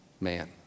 man